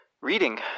reading